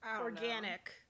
Organic